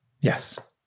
Yes